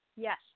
Yes